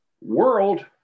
world